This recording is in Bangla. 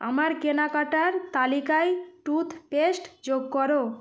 আমার কেনাকাটার তালিকায় টুথপেস্ট যোগ করো